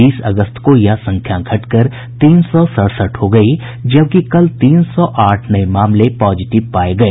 बीस अगस्त को यह संख्या घटकर तीन सौ सड़सठ हो गयी जबकि कल तीन सौ आठ नये मामले पॉजिटिव पाये गए